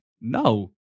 No